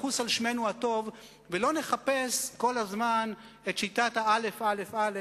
נחוס על שמנו הטוב ולא נחפש כל הזמן את שיטת האל"ף-אל"ף-אל"ף,